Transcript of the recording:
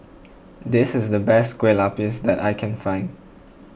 this is the best Kue Lupis that I can find